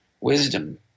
wisdom